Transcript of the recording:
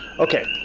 okay,